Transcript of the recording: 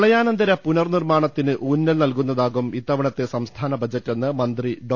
പ്രളയാനന്തര പുനർ നിർമാണത്തിന് ഉൌന്നൽ നൽകുന്നതാകും ഇത്തവണത്തെ സംസ്ഥാന ബജറ്റെന്ന് മന്ത്രി ഡോ